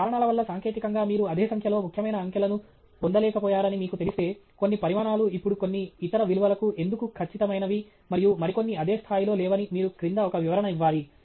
కొన్ని కారణాల వల్ల సాంకేతికంగా మీరు అదే సంఖ్యలో ముఖ్యమైన అంకెలను పొందలేకపోయారని మీకు తెలిస్తే కొన్ని పరిమాణాలు ఇప్పుడు కొన్ని ఇతర విలువలకు ఎందుకు ఖచ్చితమైనవి మరియు మరికొన్ని అదే స్థాయిలో లేవని మీరు క్రింద ఒక వివరణ ఇవ్వాలి